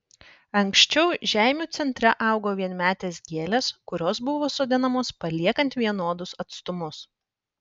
anksčiau žeimių centre augo vienmetės gėlės kurios buvo sodinamos paliekant vienodus atstumus